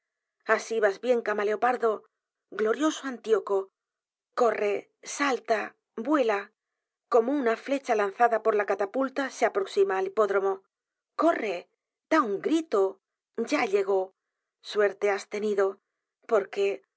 í vas bien camaleopardo glorioso antioco corre salta v u e l a como una flecha lanzada por la catapulta se aproxima al hipódromo corre da un grito ya llegó suerte has tenido porque